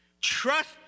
Trust